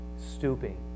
Stooping